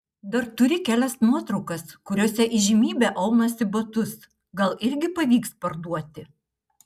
dar turi kelias nuotraukas kuriose įžymybė aunasi batus gal irgi pavyks parduoti